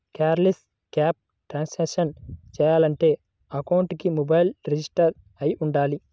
cardless cash transactions చెయ్యాలంటే అకౌంట్కి mobile register అయ్యి వుండాలి